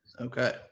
Okay